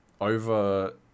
over